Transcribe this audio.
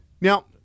Now